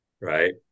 Right